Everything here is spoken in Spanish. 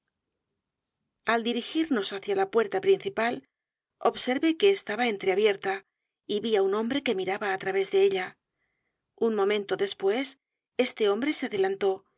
al dirigirnos hacia la puerta principal observé que estaba entreabierta y vi á un hombre q u e miraba á t r a vés de ella un momento después este hombre se adelantó